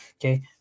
okay